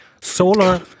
solar